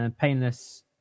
painless